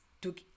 took